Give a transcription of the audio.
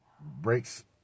breaks